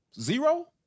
zero